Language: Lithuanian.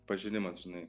pažinimas žinai